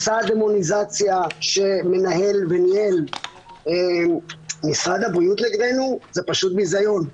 מסע הדמוניזציה שמנהל וניהל משרד הבריאות נגדנו זה פשוט ביזיון.